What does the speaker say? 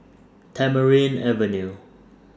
Tamarind Avenue